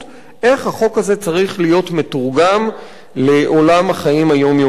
איך החוק הזה צריך להיות מתורגם לעולם החיים היומיומיים.